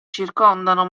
circondano